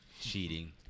Cheating